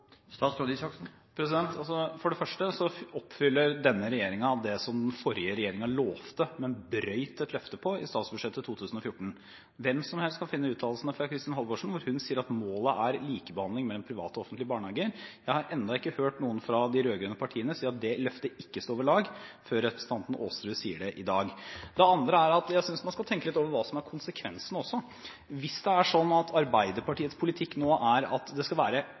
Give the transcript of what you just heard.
For det første oppfyller denne regjeringen det som den forrige regjeringen lovte, men brøt et løfte om i statsbudsjettet for 2014. Hvem som helst kan finne uttalelsene fra Kristin Halvorsen, hvor hun sa at målet er likebehandling mellom private og offentlige barnehager. Jeg har ennå ikke hørt noen fra de rød-grønne partiene si at det løftet ikke står ved lag, før representanten Aasrud sier det i dag. For det andre synes jeg man skal tenke litt over hva som er konsekvensene. Hvis det er slik at Arbeiderpartiets politikk nå er at det skal være